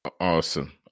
Awesome